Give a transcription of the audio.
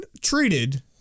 treated